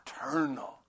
eternal